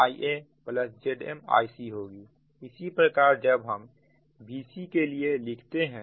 इसी प्रकार जब हम Vcके लिए लिखते हैं तब ZsIcदूसरा पद ZmIaZmIbहोता है